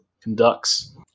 conducts